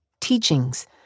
teachings